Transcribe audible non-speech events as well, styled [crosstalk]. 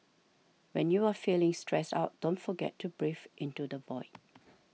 when you are feeling stressed out don't forget to breathe into the void [noise]